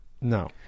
No